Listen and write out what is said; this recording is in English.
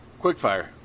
Quickfire